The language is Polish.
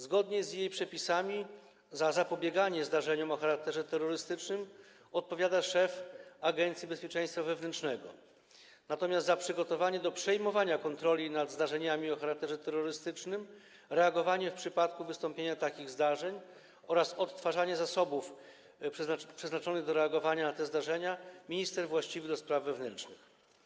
Zgodnie z przepisami za zapobieganie zdarzeniom o charakterze terrorystycznym odpowiada szef Agencji Bezpieczeństwa Wewnętrznego, natomiast za przygotowanie do przejmowania kontroli nad zdarzeniami o charakterze terrorystycznym, reagowanie w przypadku wystąpienia takich zdarzeń oraz odtwarzanie zasobów przeznaczonych do reagowania na te zdarzenia - minister właściwy do spraw wewnętrznych.